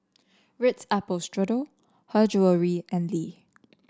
Ritz Apple Strudel Her Jewellery and Lee